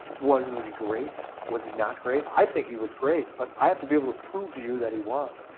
was was he great? was he not great? i think he was great, but i have to be able to prove to you that he was.